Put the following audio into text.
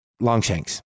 Longshanks